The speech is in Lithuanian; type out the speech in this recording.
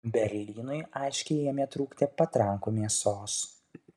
berlynui aiškiai ėmė trūkti patrankų mėsos